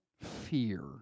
fear